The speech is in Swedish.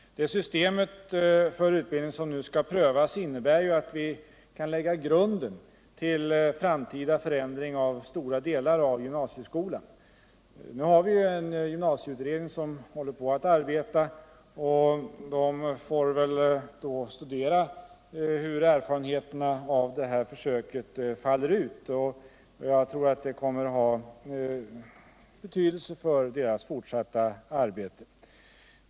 Det system för utbildning som nu skall prövas innebär att vi kan lägga grunden till en framtida förändring av stora delar av gymnasieskolan. Vi har nu en gymnasieutredning som håller på att arbeta, och den får väl studera hur erfarenheterna av försöket faller ut. Jag tror det kommer att ha betydelse för utredarnas fortsatta arbete.